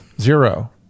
Zero